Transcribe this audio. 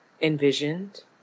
envisioned